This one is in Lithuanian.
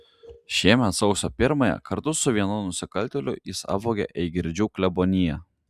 šiemet sausio pirmąją kartu su vienu nusikaltėliu jis apvogė eigirdžių kleboniją